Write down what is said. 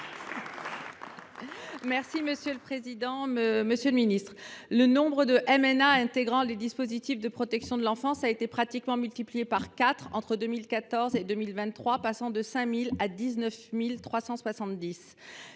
Mme Valérie Boyer. Monsieur le ministre, le nombre de MNA intégrant les dispositifs de protection de l’enfance a été pratiquement multiplié par quatre entre 2014 et 2023, passant de 5 000 à 19 370